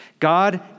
God